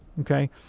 okay